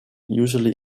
usually